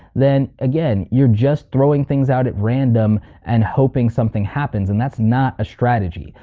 then again, you're just throwing things out at random and hoping something happens and that's not a strategy,